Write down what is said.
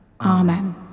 Amen